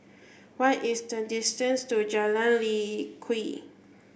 what is the distance to Jalan Lye Kwee